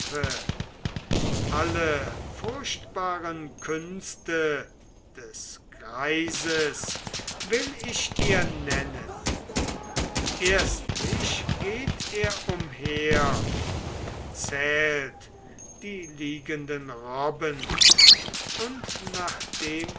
alle furchtbaren künste des greises will ich dir nennen erstlich geht er umher und zählt die liegenden robben und nachdem er